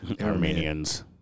Armenians